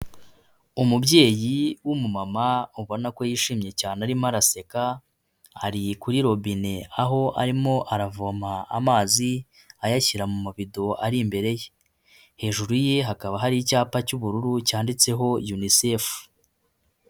Umubyeyi w'umumama ubona ko yishimye cyane arimo araseka, ari kuri robine aho arimo aravoma amazi ayashyira mu mabido ari imbere ye, hejuru ye hakaba hari icyapa cy'ubururu cyanditseho Unicef.